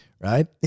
Right